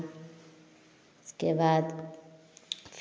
उसके बाद